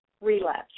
relapse